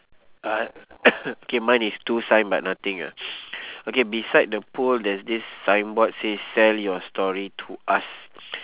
uh K mine is two sign but nothing ah okay beside the pole there's this signboard says sell your story to us